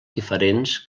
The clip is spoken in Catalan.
diferents